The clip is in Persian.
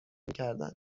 میکردند